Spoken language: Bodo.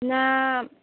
नाम